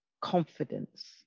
confidence